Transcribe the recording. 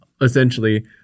essentially